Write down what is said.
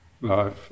Life